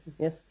Yes